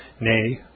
nay